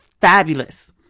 fabulous